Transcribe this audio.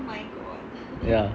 ya